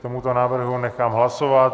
K tomuto návrhu nechám hlasovat.